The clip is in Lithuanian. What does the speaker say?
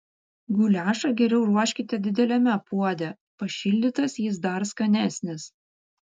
guliašą geriau ruoškite dideliame puode pašildytas jis dar skanesnis